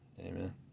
Amen